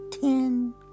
ten